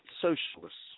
Socialists